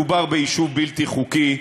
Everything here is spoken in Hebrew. מדובר ביישוב בלתי חוקי,